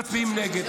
מצביעים נגד.